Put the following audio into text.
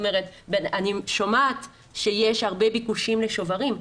אני שומעת שיש ביקושים רבים לשוברים,